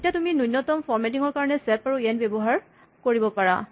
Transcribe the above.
এতিয়া তুমি নুণ্যতম ফৰ্মেটিং ৰ কাৰণে চেপ আৰু য়েন্ড ব্যৱহাৰ কৰিব পাৰা